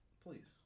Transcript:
please